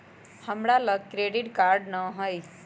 हमरा लग credit card नऽ हइ